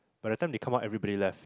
by the time they come out everybody left